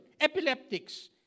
epileptics